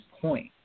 point